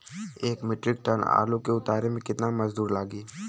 एक metric ton आलू के उतारे मे कितना मजदूर लागि?